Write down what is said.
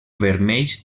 vermells